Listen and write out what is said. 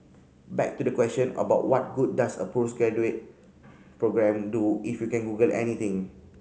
back to the question about what good does a postgraduate programme do if you can google anything